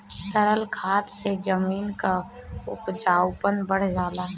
तरल खाद से जमीन क उपजाऊपन बढ़ जाला